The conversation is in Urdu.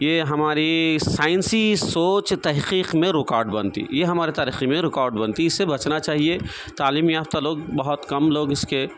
یہ ہماری سائنسی سوچ تحقیق میں رکاوٹ بنتی یہ ہماری ترقی میں رکاوٹ بنتی اس سے بچنا چاہیے تعلیم یافتہ لوگ بہت کم لوگ اس کے